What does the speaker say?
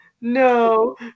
no